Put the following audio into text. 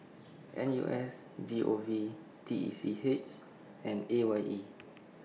N U S G O V T E C H and A Y E